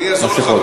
אני אעזור לך,